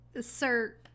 Sir